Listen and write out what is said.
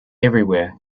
everywhere